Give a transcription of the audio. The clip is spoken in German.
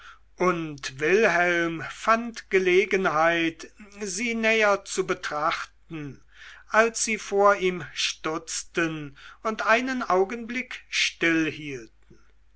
und wilhelm fand gelegenheit sie näher zu betrachten als sie vor ihm stutzten und einen augenblick stillhielten